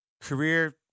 career